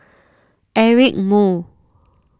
Eric Moo